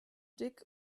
dig